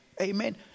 Amen